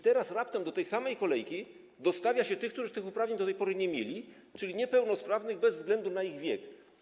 Teraz raptem do tej samej kolejki dostawia się tych, którzy tych uprawnień do tej pory nie mieli, czyli niepełnosprawnych bez względu na ich wiek.